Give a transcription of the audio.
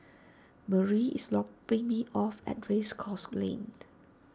Marie is dropping me off at Race Course Lane